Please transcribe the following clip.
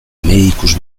medicus